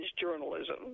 journalism